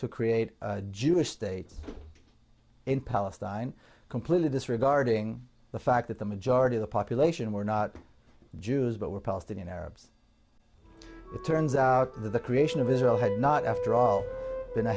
to create a jewish state in palestine completely disregarding the fact that the majority of the population were not jews but were palestinian arabs it turns out the creation of israel had not after all been a